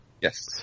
Yes